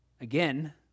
Again